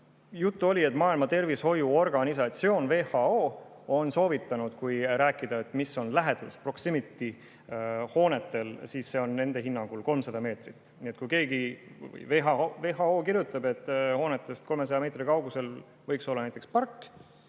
Juttu oli, et Maailma Terviseorganisatsioon, WHO, on soovitanud, et kui rääkida, mis on lähedus ehkproximityhoonetel, siis see on nende hinnangul 300 meetrit. Nii et kui WHO kirjutab, et hoonetest 300 meetri kaugusel võiks olla näiteks park,